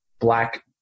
black